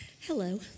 Hello